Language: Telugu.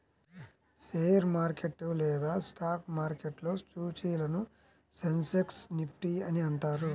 షేర్ మార్కెట్ లేదా స్టాక్ మార్కెట్లో సూచీలను సెన్సెక్స్, నిఫ్టీ అని అంటారు